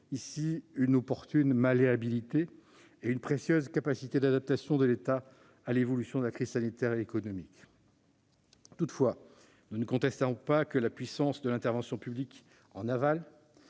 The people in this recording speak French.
une opportune malléabilité, ainsi qu'une précieuse capacité d'adaptation de l'État à l'évolution de la crise sanitaire et économique. Toutefois, nous ne contestons pas que la puissance de l'intervention publique, en aval,